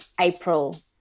April